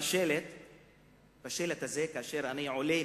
המצוקה בשלטון המקומי לא מפרידה ולא מבדילה